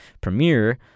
premiere